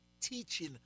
teaching